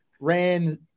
ran